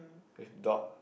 there's dog